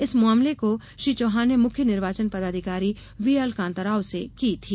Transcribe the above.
इस मामले की श्री चौहान ने मुख्य निर्वाचन पदाधिकारी वीएल कांताराव से की थी